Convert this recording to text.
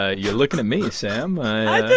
ah you're looking at me, sam